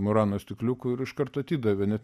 murano stikliukų ir iškart atidavė net